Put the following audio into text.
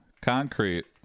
concrete